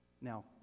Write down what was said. Now